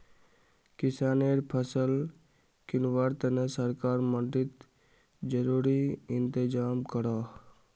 किस्सानेर फसल किंवार तने सरकार मंडित ज़रूरी इंतज़ाम करोह